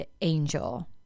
angel